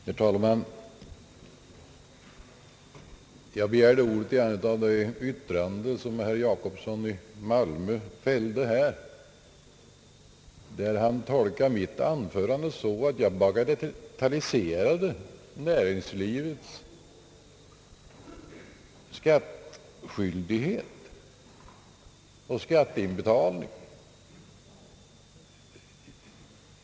Herr talman! Jag begärde ordet när herr Jacobsson i Malmö tolkade mitt yttrande så, att jag skulle »bagatellisera» näringslivets skatteskyldighet och skatteinbetalning.